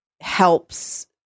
helps